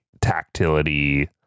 tactility